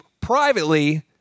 privately